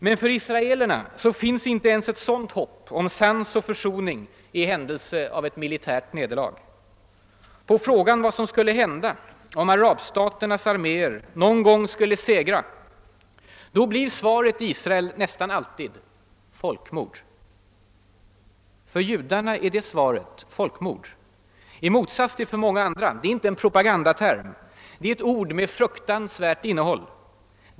Men för israelerna finns inte ens ett sådant hopp om sans och försoning i händelse av militärt nederlag. På frågan om vad som skulle hända om arabstaternas arméer någon gång skulle segra blir svaret i Israel nästan alltid: folkmord. För judarna är det svaret, i motsats till för många andra, inte en propagandaterm. Det är ett ord med fruktansvärt innehåll.